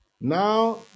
Now